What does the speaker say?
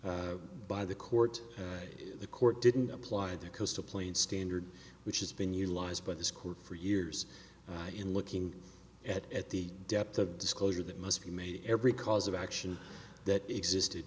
used by the court the court didn't apply the coastal plain standard which has been utilized by this court for years in looking at the depth of disclosure that must be made every cause of action that existed